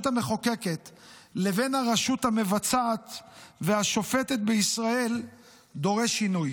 המחוקקת לבין הרשות המבצעת והשופטת בישראל דורש שינוי.